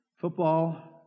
football